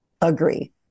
agree